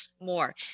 more